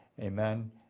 Amen